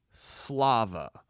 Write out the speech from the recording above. Slava